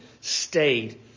stayed